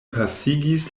pasigis